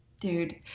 Dude